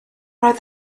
oedd